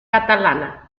catalana